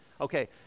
Okay